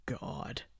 God